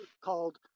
called